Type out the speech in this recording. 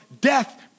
death